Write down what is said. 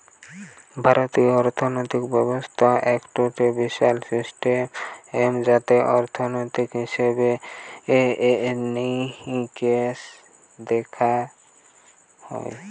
ভারতীয় অর্থিনীতি ব্যবস্থা একটো বিশাল সিস্টেম যাতে অর্থনীতি, হিসেবে নিকেশ দেখা হয়